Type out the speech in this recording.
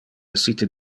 essite